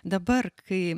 dabar kai